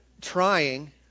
trying